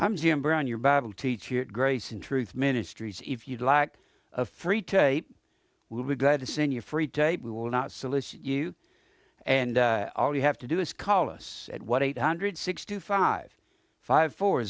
i'm jim brown your bible teacher grace and truth ministries if you like a free tape will be glad to send your free tape we will not solicit you and all you have to do is call us at what eight hundred sixty five five four